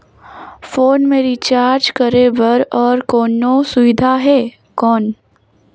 Phone मे recharge करे बर और कोनो सुविधा है कौन?